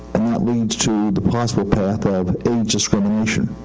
leads to the possible path of age discrimination.